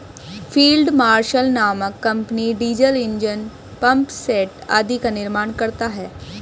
field marshal नामक company diesel engine, pump set आदि का निर्माण करता है